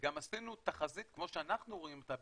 וגם עשינו תחזית כמו שאנחנו רואים אותה,